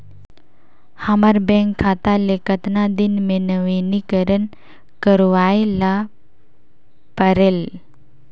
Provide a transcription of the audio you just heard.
हमर बैंक खाता ले कतना दिन मे नवीनीकरण करवाय ला परेल?